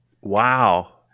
Wow